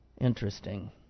interesting